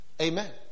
Amen